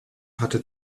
hatte